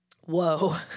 Whoa